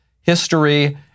history